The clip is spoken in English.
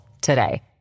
today